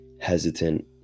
hesitant